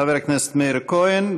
שאלה נוספת לחבר הכנסת מאיר כהן,